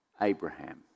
Abraham